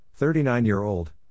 39-year-old